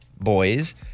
boys